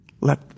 Let